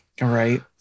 Right